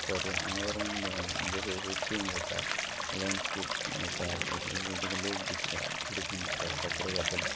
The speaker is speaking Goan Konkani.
पर्यावरण जसो जसो चेंज जाता लॅडस्केप चेंज जाता तसो तसो तेका लोक दसऱ्या दुसरेें बी दिसता कपडे घातलेले